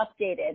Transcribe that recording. updated